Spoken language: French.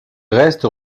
restes